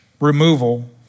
removal